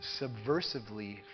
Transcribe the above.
subversively